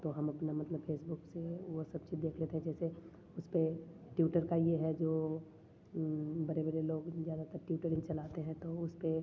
तो हम अपना मतलब फेसबुक से वो सब चीज़ देख लेते हैं जैसे उस पे ट्यूटर का ये है बड़े बड़े लोग ज़्यादातर ट्यूटोर ही चलते हैं तो उसपे